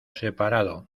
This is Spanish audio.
separado